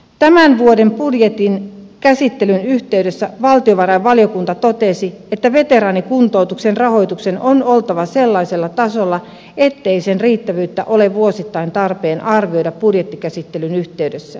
tämän vuoden budjetin käsittelyn yhteydessä valtiovarainvaliokunta totesi että veteraanikuntoutuksen rahoituksen on oltava sellaisella tasolla ettei sen riittävyyttä ole vuosittain tarpeen arvioida budjettikäsittelyn yhteydessä